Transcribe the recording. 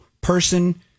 person